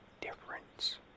difference